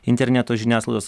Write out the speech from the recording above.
interneto žiniasklaidos